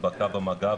הדבקה במגע,